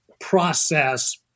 process